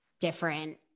different